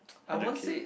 hundred K